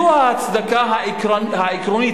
זו ההצדקה העקרונית,